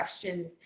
questions